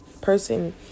person